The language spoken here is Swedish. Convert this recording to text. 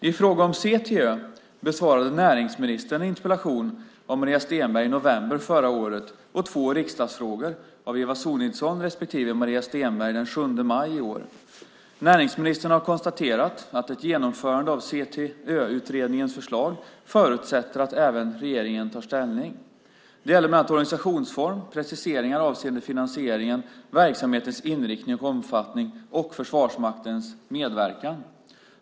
I fråga om CTÖ besvarade näringsministern en interpellation av Maria Stenberg i november förra året och två riksdagsfrågor, av Eva Sonidsson respektive Maria Stenberg, den 7 maj i år . Näringsministern har konstaterat att ett genomförande av CTÖ-utredningens förslag förutsätter att även regeringen tar ställning. Det gäller bland annat organisationsform, preciseringar avseende finansieringen, verksamhetens inriktning och omfattning och Försvarsmaktens medverkan.